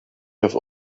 have